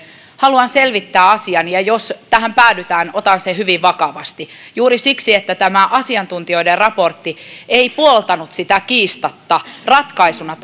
haluan selvittää asian ja jos tähän päädytään otan sen hyvin vakavasti juuri siksi että tämä asiantuntijoiden raportti ei puoltanut sitä kiistatta ratkaisuna